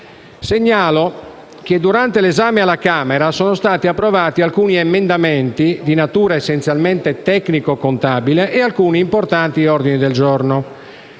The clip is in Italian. Segnalo che, durante l'esame alla Camera dei deputati, sono stati approvati alcuni emendamenti, di natura essenzialmente tecnico-contabile, e alcuni importanti ordini del giorno.